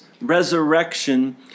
resurrection